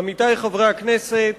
עמיתי חברי הכנסת,